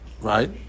right